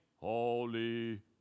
Holy